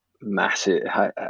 massive